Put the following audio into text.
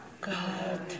God